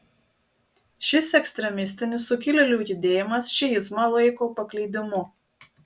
šis ekstremistinis sukilėlių judėjimas šiizmą laiko paklydimu